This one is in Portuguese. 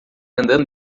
andando